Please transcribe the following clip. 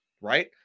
right